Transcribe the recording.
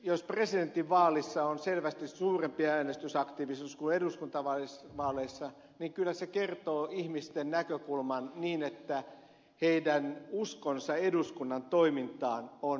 jos presidentinvaalissa on selvästi suurempi äänestysaktiivisuus kuin eduskuntavaaleissa niin kyllä se kertoo ihmisten näkökulman niin että heidän uskonsa eduskunnan toimintaan on heikko